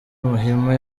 muhima